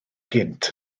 gynt